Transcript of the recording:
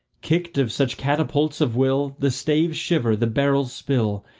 kicked of such catapults of will, the staves shiver, the barrels spill,